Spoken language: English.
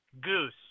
Goose